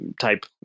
type